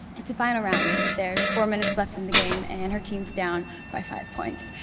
it's the final round. there's four minutes left in the game and her team's down by five points,